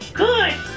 good